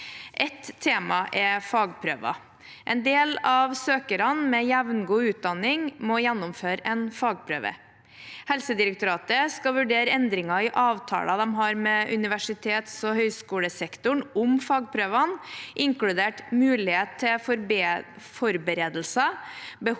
fagprøver. En del av søkerne med jevngod utdanning må gjennomføre en fagprøve. Helsedirektoratet skal vurdere endringer i avtaler de har med universitets- og høyskolesektoren om fagprøvene, inkludert mulighet til forberedelser,